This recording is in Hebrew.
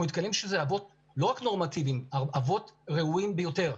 רואים שאלה אבות לא רק נורמטיביים אלא אבות ראויים ביותר.